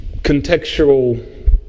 contextual